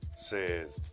says